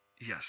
Yes